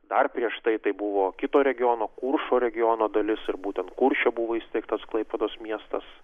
dar prieš tai buvo kito regiono kuršo regiono dalis ir būtent kurše buvo įsteigtas klaipėdos miestas